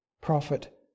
prophet